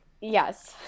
yes